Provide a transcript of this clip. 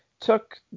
took